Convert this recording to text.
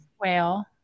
whale